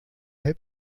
helm